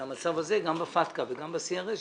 בעיה גם ב-FATKA וגם ב-CRS.